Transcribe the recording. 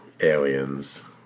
aliens